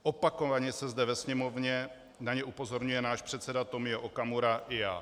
Opakovaně zde ve Sněmovně na ně upozorňuje náš předseda Tomio Okamura i já.